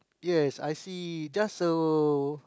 yes I see just a